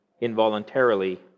involuntarily